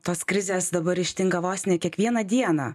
tos krizės dabar ištinka vos ne kiekvieną dieną